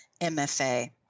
MFA